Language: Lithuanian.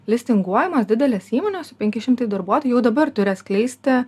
listinguojamos didelės įmonės penki šimtai darbuotojų jau dabar turi atskleisti